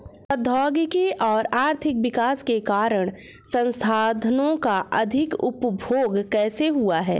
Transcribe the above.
प्रौद्योगिक और आर्थिक विकास के कारण संसाधानों का अधिक उपभोग कैसे हुआ है?